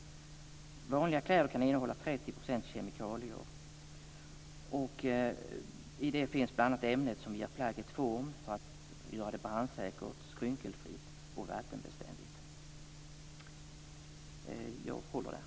Vanliga kläder kan innehålla 30 % kemikalier, bl.a. ämnet som ger plagget form, göra det brandsäkert, skrynkelfritt och vattenbeständigt.